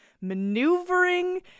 maneuvering